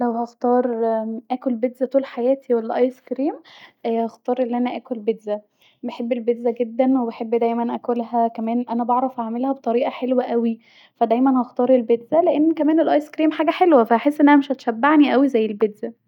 لو هختار اكل بيتزا طول حياتي ولا ايس كريم هختار أن انا اكل بيتزا بحب البيتزا جدا وبحب دايما اكلها كمان انا بعرف اعملها بطريقه حلوه اوي ف دايما هختار البيتزا لأن كمان الايس كريم حاجه حلوه ف هحس انها مش هتشبعني اوي زي البيتزا